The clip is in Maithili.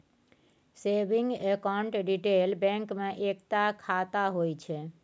सेबिंग अकाउंट रिटेल बैंक मे एकता खाता होइ छै